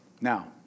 now